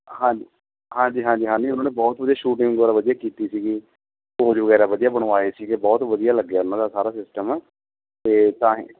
ਹਾਂਜੀ ਹਾਂਜੀ ਹਾਂਜੀ ਹਾਂ ਨਹੀਂ ਉਹਨਾਂ ਨੇ ਬਹੁਤ ਵਧੀਆ ਸ਼ੂਟਿੰਗ ਵਗੈਰਾ ਵਧੀਆ ਕੀਤੀ ਸੀਗੀ ਪੋਜ਼ ਵਗੈਰਾ ਵਧੀਆ ਬਣਵਾਏ ਸੀਗੇ ਬਹੁਤ ਵਧੀਆ ਲੱਗਿਆ ਉਹਨਾਂ ਦਾ ਸਾਰਾ ਸਿਸਟਮ ਅਤੇ ਤਾਂ ਹੀ